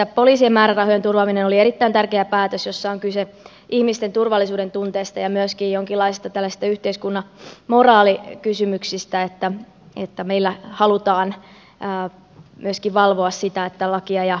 poliisien määrärahojen turvaaminen oli erittäin tärkeä päätös jossa on kyse ihmisten turvallisuudentunteesta ja myöskin jonkinlaisista yhteiskunnan moraalikysymyksistä siinä että meillä halutaan myöskin valvoa sitä että lakia ja järjestystä noudatetaan